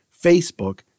Facebook